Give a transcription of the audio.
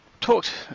talked